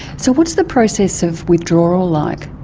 so what is the process of withdrawal like?